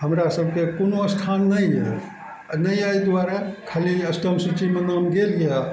हमरा सबके कोनो स्थान नहि यऽ नहि यऽ अइ दुआरे खाली अष्टम सूचीमे नाम गेल यऽ